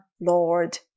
Lord